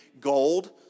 gold